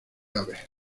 aves